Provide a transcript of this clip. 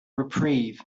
reprieve